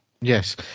Yes